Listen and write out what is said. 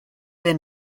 been